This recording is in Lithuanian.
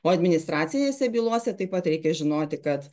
o administracinėse bylose taip pat reikia žinoti kad